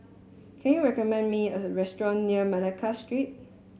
can you recommend me a restaurant near Malacca Street